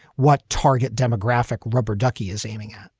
what target demographic rubber ducky is aiming at?